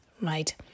right